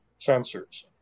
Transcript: sensors